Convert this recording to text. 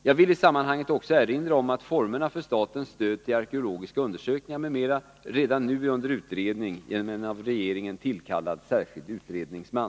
Jag vill i sammanhanget också erinra om att formerna för statens stöd till arkeologiska undersökningar m.m. redan nu är under utredning genom en av regeringen tillkallad särskild utredningsman.